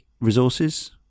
resources